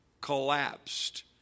collapsed